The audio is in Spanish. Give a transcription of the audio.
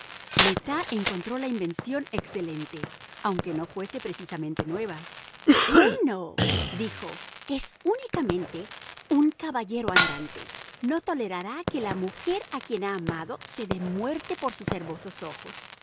tas encontró la invención excelente aunque no fuese precisamente nueva bueno dijo es únicamente un caballero andante no tolerará que la mujer a quien ha amado se dé muerte por sus hermosos ojos